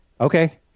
Okay